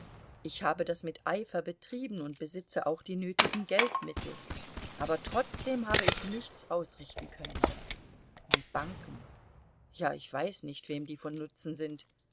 ich habe das mit eifer betrieben und besitze auch die nötigen geldmittel aber trotzdem habe ich nichts ausrichten können die banken ja ich weiß nicht wem die von nutzen sind